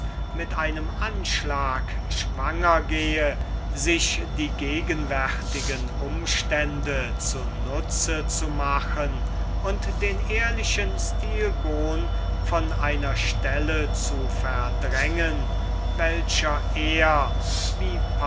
mit einem anschlag schwanger gehe sich die gegenwärtigen umstände zu nutze zu machen und den ehrlichen stilbon von einer stelle zu verdrängen welcher er